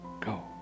go